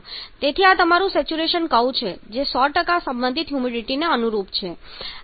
તેથી આ તમારું સેચ્યુરેશન કર્વ છે જે 100 સંબંધિત હ્યુમિડિટીને અનુરૂપ છે